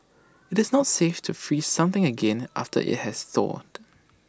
IT is not safe to freeze something again after IT has thawed